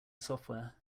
software